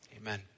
Amen